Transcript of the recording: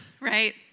right